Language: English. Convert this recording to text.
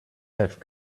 have